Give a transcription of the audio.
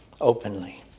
openly